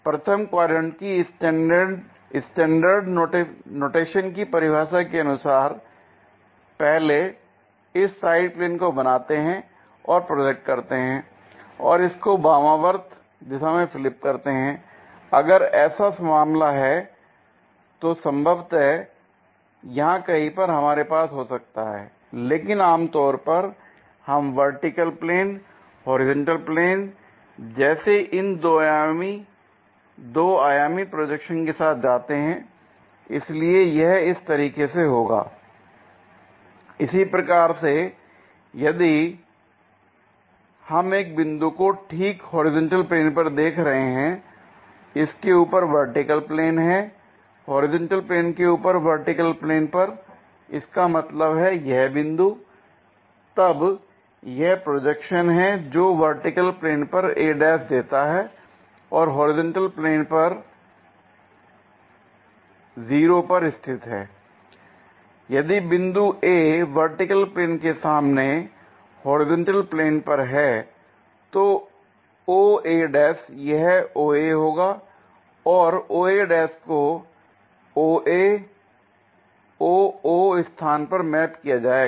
प्रथम क्वाड्रेंट की standard notation की परिभाषा के अनुसार पहले इस साइड प्लेन को बनाते हैं और प्रोजेक्ट करते हैं l और इसको वामावर्त दिशा में फ्लिप करते हैं l अगर ऐसा मामला है तो हम संभवत यहां कहीं पर हमारे पास हो सकता है l लेकिन आमतौर पर हम वर्टिकल प्लेन होरिजेंटल प्लेन जैसे इन 2 आयामी प्रोजेक्शन के साथ जाते हैं l इसलिए यह इस तरीके से होगा l इसी प्रकार से यदि हम एक बिंदु को ठीक होरिजेंटल प्लेन पर देख रहे हैं इसके ऊपर वर्टिकल प्लेन है होरिजेंटल प्लेन के ऊपर वर्टिकल प्लेन पर इसका मतलब है यह बिंदु l तब यह प्रोजेक्शन है जो वर्टिकल प्लेन पर a ' देता है और होरिजेंटल प्लेन पर 0 पर स्थित है l यदि बिंदु A वर्टिकल प्लेन के सामने होरिजेंटल प्लेन पर है तो o a यह o a होगा और o a को o a o o स्थान पर मैप किया जाएगा